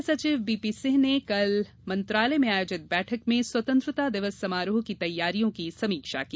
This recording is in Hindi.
मुख्य सचिव बीपी सिंह ने कल मंत्रालय में आयोजित बैठक में स्वतंत्रता दिवस समारोह की तैयारियों की समीक्षा की